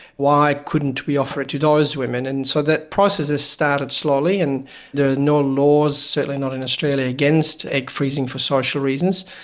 why couldn't we offer it to those women. and so the process started slowly, and there are no laws, certainly not in australia, against egg freezing for social reasons,